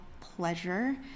pleasure